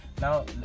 Now